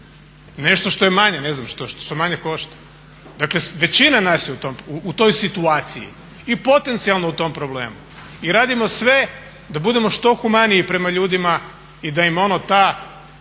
Nešto što je manje, ne znam, što manje košta. Dakle, većina nas je u toj situaciji i potencijalno u tom problemu. I radimo sve da budemo što humaniji prema ljudima i da im ono taj